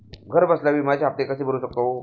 घरबसल्या विम्याचे हफ्ते कसे भरू शकतो?